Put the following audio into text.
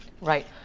Right